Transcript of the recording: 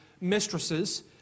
mistresses